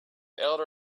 elder